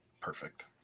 perfect